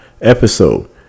episode